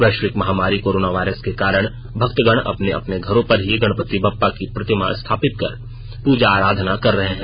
वैश्विक महामारी corona virus के कारण भक्तगण अपने अपने घरों पर ही गणपति बप्पा की प्रतिमा स्थापित कर पूजा आराधना कर रहे हैं